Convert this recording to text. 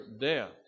death